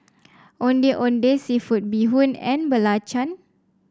Ondeh Ondeh seafood Bee Hoon and Belacan